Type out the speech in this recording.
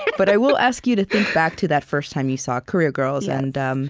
and but i will ask you to think back to that first time you saw career girls and and um